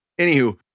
anywho